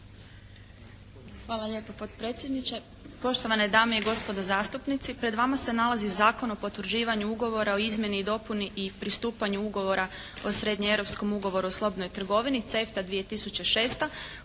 Hvala lijepa potpredsjedniče. Poštovane dame i gospodo zastupnici, pred vama se nalazi Zakon o potvrđivanju ugovora o izmjeni i dopuni i pristupanju ugovora o srednjoeuropskom ugovoru o slobodnoj trgovini CEFTA 2006.